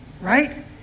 right